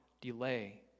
delay